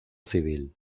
civil